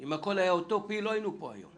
אם הכול היה אוטופי לא היינו פה היום.